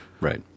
Right